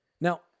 Now